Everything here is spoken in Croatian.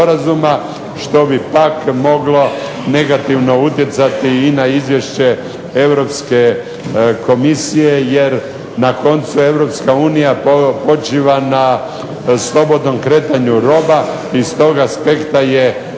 što bi pak moglo negativno utjecati i na Izvješće Europske komisije jer na koncu EU počiva na slobodnom kretanju roba. I iz tog aspekta je